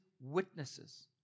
witnesses